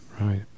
right